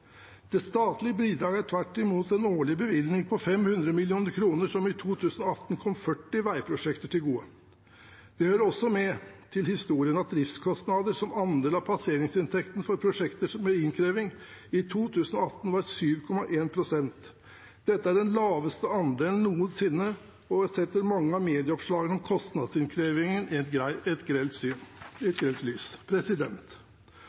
Det statlige bidraget er tvert imot en årlig bevilgning på 500 mill. kr, som i 2018 kom 40 veiprosjekter til gode. Det hører også med til historien at i 2018 var driftskostnader som andel av passeringsinntekten for prosjekter med innkreving 7,1 pst. Dette er den laveste andelen noensinne og setter mange av medieoppslagene om kostnadsinnkrevingen i et